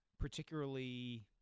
particularly